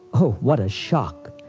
what a shock!